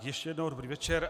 Ještě jednou dobrý večer.